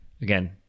again